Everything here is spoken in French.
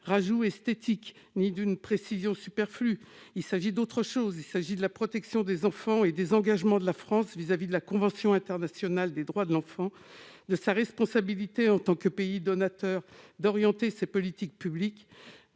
ajout esthétique ou d'une précision superflue, mais de la protection des enfants et des engagements de la France dans le cadre de la Convention internationale des droits de l'enfant, de sa responsabilité en tant que pays donateur d'orienter ses politiques publiques